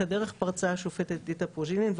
את הדרך פרצה השופטת דיתה פרוז'ינין,